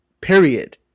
period